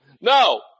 No